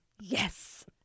yes